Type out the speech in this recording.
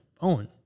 own